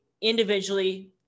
individually